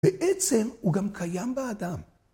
‫בעצם הוא גם קיים באדם.